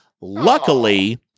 Luckily